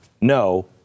no